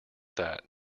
that